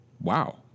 Wow